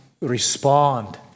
respond